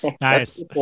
nice